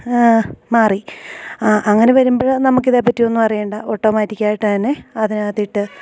മാറി അങ്ങനെ വരുമ്പഴ് നമുക്കിതേ പറ്റിയൊന്ന് അറിയേണ്ട ഓട്ടോമാറ്റിക്കായിട്ട് തന്നെ അതിനകത്തിട്ട്